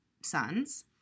sons